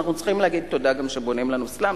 ושאנחנו צריכים גם להגיד תודה שבונים לנו סלאמס,